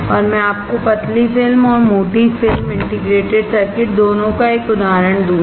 और मैं आपको पतली फिल्म और मोटी फिल्म इंटीग्रेटेड सर्किट दोनों का एक उदाहरण दूंगा